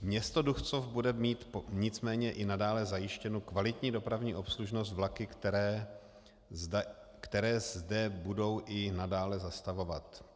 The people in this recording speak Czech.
Město Duchcov bude mít nicméně i nadále zajištěnu kvalitní dopravní obslužnost vlaky, které zde budou i nadále zastavovat.